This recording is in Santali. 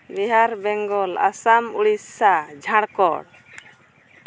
ᱵᱤᱦᱟᱨ ᱵᱮᱝᱜᱚᱞ ᱟᱥᱟᱢ ᱩᱲᱤᱥᱥᱟ ᱡᱷᱟᱲᱠᱷᱚᱸᱰ